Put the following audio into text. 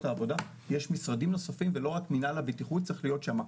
העבודה יש משרדים נוספים ולא רק מנהל הבטיחות צריך להיות שם.